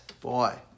Boy